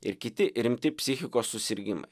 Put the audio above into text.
ir kiti rimti psichikos susirgimai